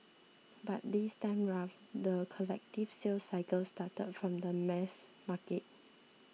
but this time around the collective sales cycle started from the mass market